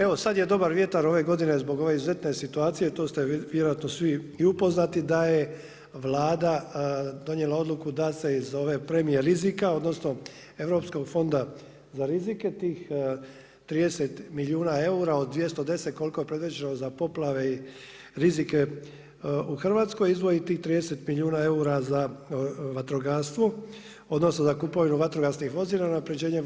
Evo sad je dobar vjetar ove godine zbog ove izuzetne situacije, to ste vjerojatno svi i upoznati da je Vlada donijela odluku da se iz ove premije rizika odnosno europskog fonda za rizike tih 30 milijuna eura od 210 koliko je predviđeno za poplave i rizike u Hrvatskoj izdvoji tih 30 milijuna eura za vatrogastvo odnosno za kupovinu vatrogasnih vozila, unapređenje